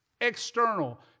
external